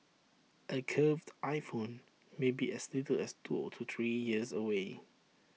A curved iPhone may be as little as two to three years away